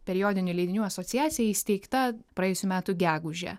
periodinių leidinių asociacija įsteigta praėjusių metų gegužę